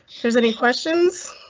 there's any questions?